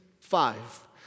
five